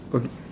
okay